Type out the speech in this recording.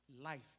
life